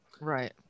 Right